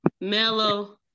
Mellow